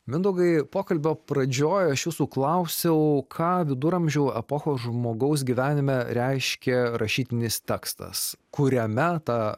mindaugai pokalbio pradžioj aš jūsų klausiau ką viduramžių epochos žmogaus gyvenime reiškia rašytinis tekstas kuriame tą